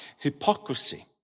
hypocrisy